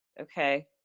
okay